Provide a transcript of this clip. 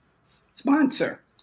sponsor